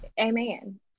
amen